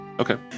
Okay